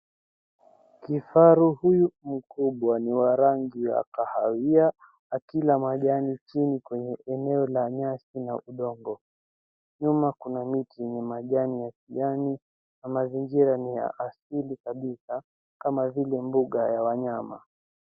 Kifaru huyu mkubwa ni wa rangi ya kahawia akila majani chini kwenye eneo la nyasi na udongo. Nyuma kuna miti na majani ya kijani na mazingira ni ya asili kabisa kama vile mbuga ya wanyama.